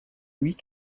huit